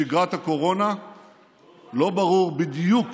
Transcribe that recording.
בשגרת הקורונה לא ברור בדיוק